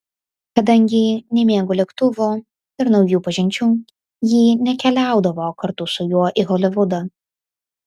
kadangi nemėgo lėktuvų ir naujų pažinčių ji nekeliaudavo kartu su juo į holivudą